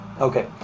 okay